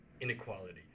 inequality